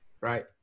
Right